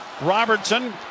Robertson